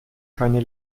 keine